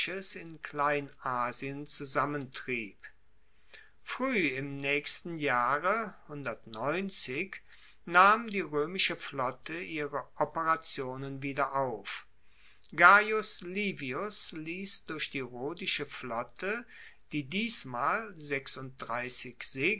in kleinasien zusammentrieb frueh im naechsten jahre nahm die roemische flotte ihre operationen wieder auf gaius livius liess durch die rhodische flotte die diesmal